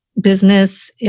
business